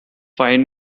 fine